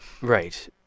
Right